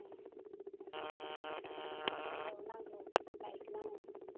औ नांगौ लायगोन आङो